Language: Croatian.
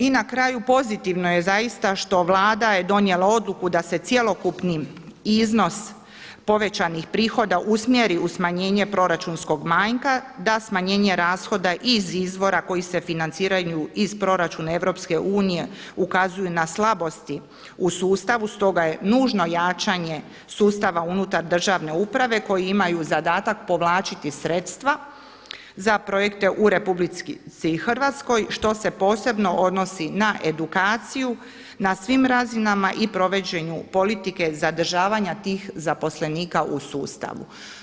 I na kraju, pozitivno je zaista što Vlada je donijela odluku da se cjelokupni iznos povećanih prihoda usmjeri u smanjenje proračunskog manjka, da smanjenje rashoda i izvora koji se financiraju iz proračuna EU ukazuju na slabosti u sustavu, stoga je nužno jačanje sustava unutar državne uprave koji imaju zadatak povlačiti sredstva za projekte u RH što se posebno odnosi na edukaciju na svim razinama i provođenju politike zadržavanja tih zaposlenika u sustavu.